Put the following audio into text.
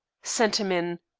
send him in.